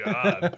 God